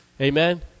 amen